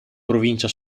provincia